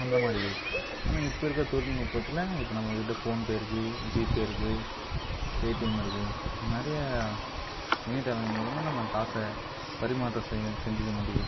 அந்தமாதிரி ஆனால் இப்போ இருக்கிற தொழில் நுட்பத்தில் இப்போ நம்ம கிட்ட போன்பே இருக்குது ஜிபே இருக்குது பேடிஎம் இருக்குது நிறையா இணையதளம் மூலமா நம்ம காசை பரிமாற்றம் செய்ய செஞ்சிக்க முடியுது